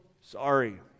sorry